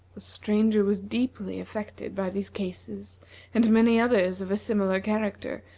the stranger was deeply affected by these cases and many others of a similar character,